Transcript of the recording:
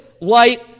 light